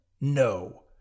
No